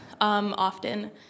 often